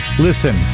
Listen